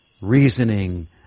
reasoning